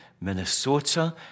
Minnesota